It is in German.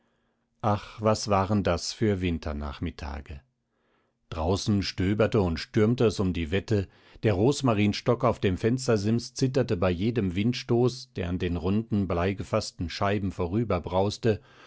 ach was waren das für winternachmittage draußen stöberte und stürmte es um die wette der rosmarinstock auf dem fenstersims zitterte bei jedem windstoß der an den runden bleigefaßten scheiben